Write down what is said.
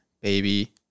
baby